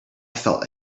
felt